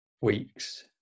weeks